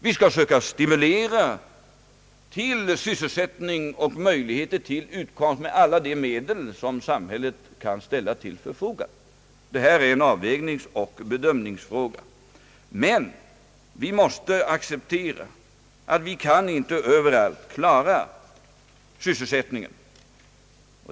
Vi skall med alla de medel som samhället kan ställa till förfogande försöka stimulera till sysselsättning och möjligheter till utkomst. Detta är en avvägningsoch bedömningsfråga. Men vi måste acceptera att vi inte överallt kan klara sysselsättningen.